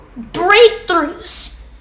breakthroughs